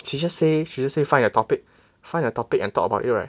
she just say she just say find a topic find a topic and talk about it right